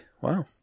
Wow